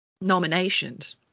nominations